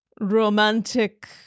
romantic